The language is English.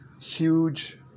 huge